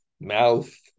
mouth